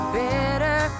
better